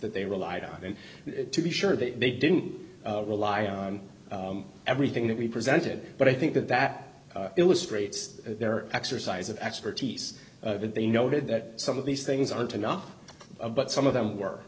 that they relied on to be sure that they didn't rely on everything that we presented but i think that that illustrates their exercise of expertise that they noted that some of these things aren't enough but some of them w